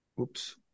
Oops